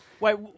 Wait